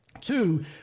Two